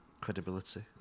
credibility